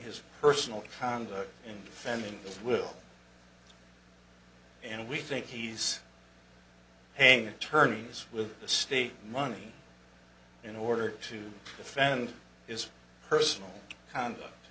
his personal conduct in defending the will and we think he's paying attorneys with the state money in order to defend his personal conduct